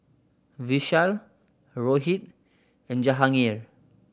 Vishal Rohit and Jahangir